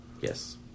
Yes